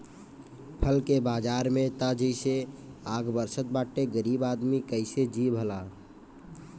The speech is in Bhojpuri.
फल के बाजार में त जइसे आग बरसत बाटे गरीब आदमी कइसे जी भला